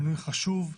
מינוי חשוב.